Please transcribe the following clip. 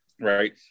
Right